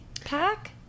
pack